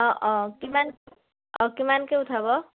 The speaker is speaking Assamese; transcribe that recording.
অঁ অঁ কিমান অঁ কিমানকে উঠাব